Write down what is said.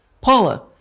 Paula